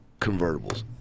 convertibles